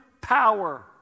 power